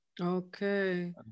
Okay